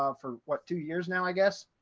um for what, two years now, i guess.